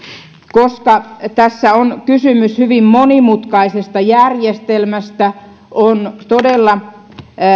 koska tässä on kysymys hyvin monimutkaisesta järjestelmästä on todella